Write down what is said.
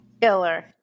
Killer